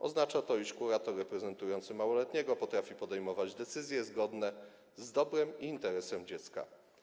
Oznacza to, iż kurator reprezentujący małoletniego potrafi podejmować decyzje zgodne z dobrem i interesem dziecka.